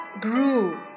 grew